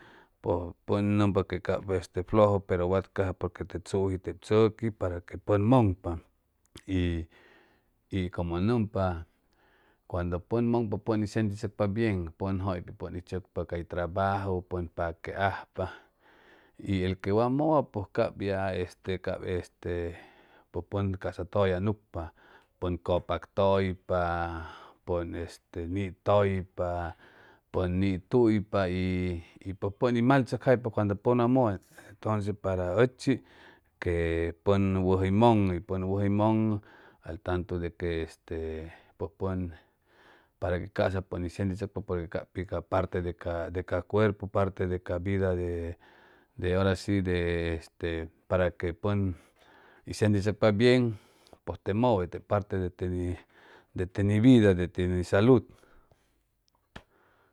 Pʉn pʉn nʉmpa que cap este flojo pero watcaja porque te tzuji te tzuji tzʉqui para que pʉn mʉŋpa y y como nʉmpa cuando pʉn mʉŋpa pʉn hʉy sentichʉcpa bien pʉn hʉy tzʉcpa cay trabaju ʉ pʉn paque ajpa y el que wa mʉwa pʉj cap ya este cap este pʉj pʉn ca'sa tʉya nucpa pʉn cʉpak tʉypa pʉn este nitʉypa pʉn nituypa y y pʉj pʉn hʉy mal tzʉcjaypa cuando pʉn wa mʉwa entonces para ʉchi que pʉn wʉjʉ hʉy mʉŋʉ y pʉn wʉjʉ hʉy mʉŋʉ al tantu de que este e pʉj pʉn para que ca'sa pʉn hʉy sentichʉcpa porque cap pi ca parte de ca de ca cuerpu parte de ca vida de deora shi de este para que pʉn hʉy sentichʉcpa bien pʉj te mʉwe tep parte de te te ni vida te ni salud